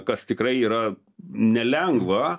kas tikrai yra nelengva